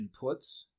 inputs